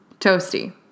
Toasty